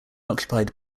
occupied